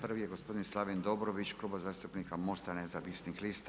Prvi je gospodin Slaven Dobrović, Kluba zastupnika MOST-a nezavisnih lista.